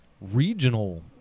regional